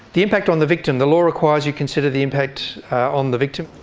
the impact on the victim, the law requires you consider the impact on the victim.